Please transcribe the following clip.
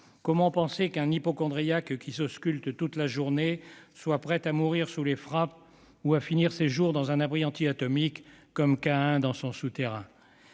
Comment penser qu'un hypocondriaque qui s'ausculte toute la journée soit prêt à mourir sous les frappes ou à finir ses jours dans un abri antiatomique, comme Caïn dans son souterrain ?